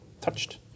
touched